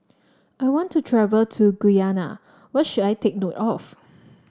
I want to travel to Guyana what should I take note of